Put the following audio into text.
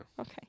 Okay